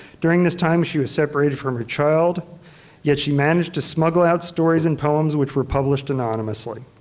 during this time, she was separated from her child yet she managed to smuggle out stories and poems which were published anonymously.